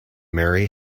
mary